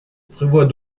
prévoit